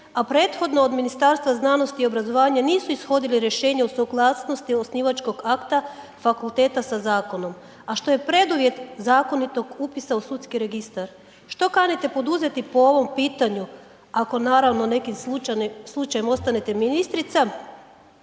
a prethodno od Ministarstva znanosti i obrazovanja nisu ishodili rješenje o suglasnosti osnivačkog akta fakulteta sa zakonom, a što je preduvjet zakonitog upisa u sudski registar? Što kanite poduzeti po ovom pitanju, ako naravno, nekim slučajem ostanete ministrica,